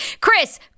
Chris